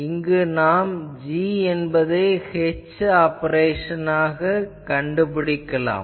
இங்கு நாம் g என்பதை h ன் ஆப்பரேஷனாகக் கண்டுபிடிக்கலாம்